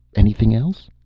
anything else?